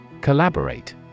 Collaborate